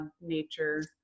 nature